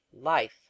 life